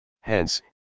Hence